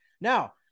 Now